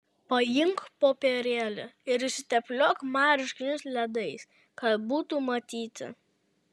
paimk popierėlį ir išsitepliok marškinius ledais kad būtų matyti